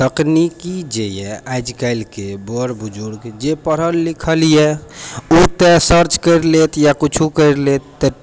तकनिकी जे यऽ आइकाल्हिके बड़ बुजुर्गके जे पढ़ल लिखल यऽ ओ तऽ सर्च करि लेत या कुछो करिलेत तऽ